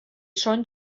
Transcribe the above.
són